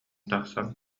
тахсан